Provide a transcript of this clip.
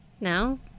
No